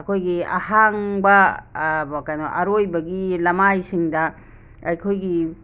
ꯑꯩꯈꯣꯏꯒꯤ ꯑꯍꯥꯡꯕ ꯀꯩꯅꯣ ꯑꯔꯣꯏꯕꯒꯤ ꯂꯃꯥꯏꯁꯤꯡꯗ ꯑꯩꯈꯣꯏꯒꯤ